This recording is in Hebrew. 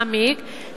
מעמיק,